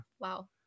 wow